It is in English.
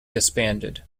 disbanded